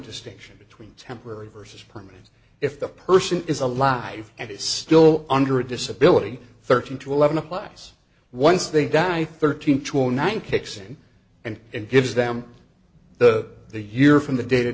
distinction between temporary versus permanent if the person is alive and is still under a disability thirty two eleven applies once they die thirteen to a nine kicks in and and gives them the the year from the day to